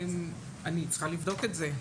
אני צריכה לבדוק את זה.